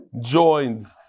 joined